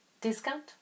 discount